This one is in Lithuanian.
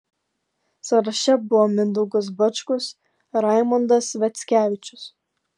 sąraše buvo mindaugas bačkus raimondas sviackevičius